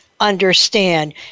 Understand